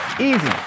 Easy